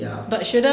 ya